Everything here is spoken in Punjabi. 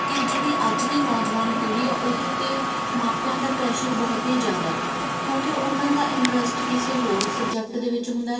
ਕਿ ਜਿਹੜੀ ਅੱਜ ਦੀ ਨੌਜਵਾਨ ਪੀੜ੍ਹੀ ਆ ਉਹਦੇ ਉੱਤੇ ਮਾਪਿਆਂ ਦਾ ਪ੍ਰੈਸ਼ਰ ਬਹੁਤ ਹੀ ਜ਼ਿਆਦਾ ਕਿਉਂਕਿ ਉਹਨਾਂ ਦਾ ਇੰਟਰਸਟ ਕਿਸੇ ਹੋਰ ਸਬਜੈਕਟ ਦੇ ਵਿੱਚ ਹੁੰਦਾ